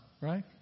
right